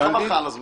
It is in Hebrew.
חבל לך על הזמן.